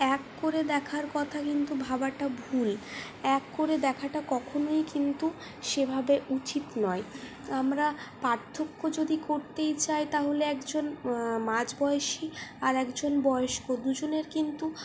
এক করে দেখার কথা কিন্তু ভাবাটা ভুল এক করে দেখাটা কখনই কিন্তু সেভাবে উচিত নয় আমরা পার্থক্য যদি করতেই চাই তাহলে একজন মাঝবয়সি আরেকজন বয়স্ক দুজনের কিন্তু